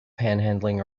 panhandling